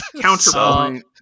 Counterpoint